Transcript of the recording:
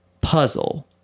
puzzle